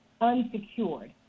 unsecured